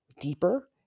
deeper